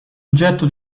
oggetto